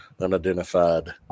unidentified